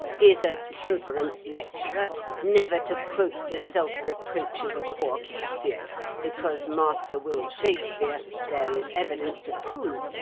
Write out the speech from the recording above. is a temperance lecturer never to quote the self-reproaches of poor cassio because master will shakespeare, there is evidence to prove,